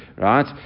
right